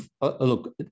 Look